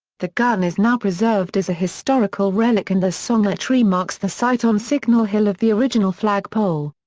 the gun is now preserved as a historical relic and the songer tree marks the site on signal hill of the original flagpole.